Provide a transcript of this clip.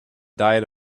diet